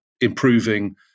improving